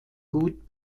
gut